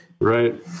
Right